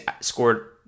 scored